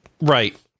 Right